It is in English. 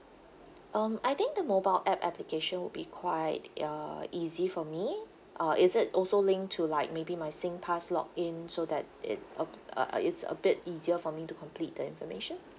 um I think the mobile app application will be quite uh easy for me uh is it also link to like maybe my singpass login so that it uh uh it's a bit easier for me to complete the information